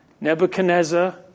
Nebuchadnezzar